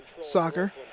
Soccer